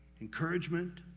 encouragement